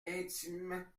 intime